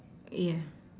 yeah